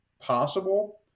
possible